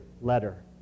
letter